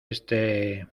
éste